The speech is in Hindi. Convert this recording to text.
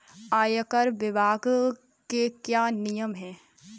आयकर विभाग के क्या नियम हैं?